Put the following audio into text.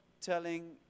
telling